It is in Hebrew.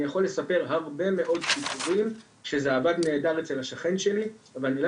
אני יכול לספר הרבה מאוד סיפורים שזה עבד נהדר אצל השכן שלי אבל אני לא